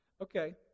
Okay